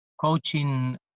coaching